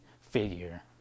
figure